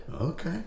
Okay